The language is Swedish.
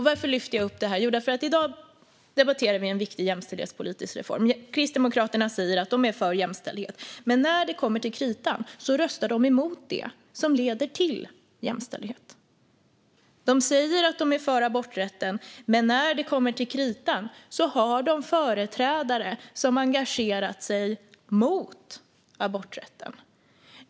Varför lyfter jag upp detta? Jo, därför att vi i dag debatterar en viktig jämställdhetspolitisk reform. Kristdemokraterna säger att de är för jämställdhet, men när det kommer till kritan röstar de emot det som leder till jämställdhet. De säger att de är för aborträtten, men när det kommer till kritan har de företrädare som engagerat sig mot aborträtten.